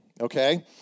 okay